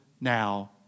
now